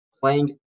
Playing